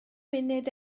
munud